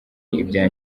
ibya